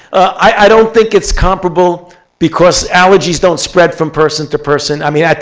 i don't think it's comparable because allergies don't spread from person to person. i mean,